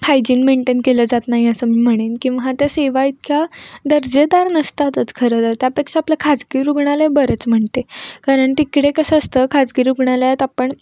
hygiene maintain केलं जात नाही असं मी म्हणेन किंवा हा त्या सेवा इतक्या दर्जेदार नसतातच खरं तर त्यापेक्षा आपलं खाजगी रुग्णालय बरंच म्हणते कारण तिकडे कसं असतं खाजगी रुग्णालयात आपण